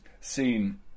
seen